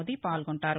మోదీ పాల్గొంటారు